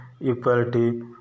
equality